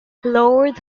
lord